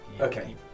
Okay